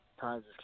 times